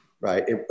right